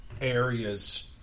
areas